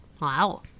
Wow